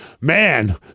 man